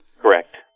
Correct